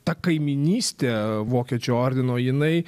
ta kaimynystė vokiečių ordino jinai